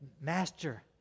Master